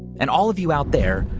and all of you out there,